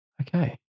okay